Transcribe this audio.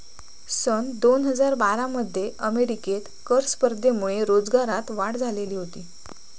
सन दोन हजार बारा मध्ये अमेरिकेत कर स्पर्धेमुळे रोजगारात वाढ झालेली होती